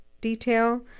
detail